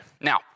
Now